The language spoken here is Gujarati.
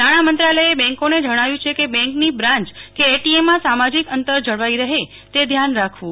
નાણાંમંત્રાલયે બેંકોને જણાવ્યું છે કે બેન્કની બ્રાંચ કે એટીએમમાં સામાજીક અંતર જળવાઈ રહે તે ધ્યાન રાખવું